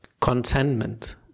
contentment